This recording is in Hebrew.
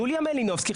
יוליה מלינובסקי,